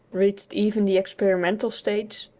reached even the experimental stage,